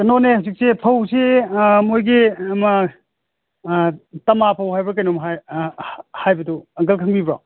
ꯀꯩꯅꯣꯅꯦ ꯍꯧꯖꯤꯛꯁꯦ ꯐꯧꯁꯤ ꯃꯣꯏꯒꯤ ꯇꯥꯃꯥ ꯐꯧ ꯍꯥꯏꯕ꯭ꯔꯥ ꯀꯩꯅꯣꯝ ꯍꯥꯏ ꯍꯥꯏꯕꯗꯨ ꯑꯪꯀꯜ ꯈꯪꯕꯤꯕ꯭ꯔꯣ